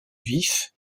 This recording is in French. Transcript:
vif